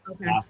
Okay